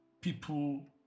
people